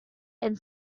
and